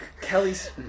Kelly's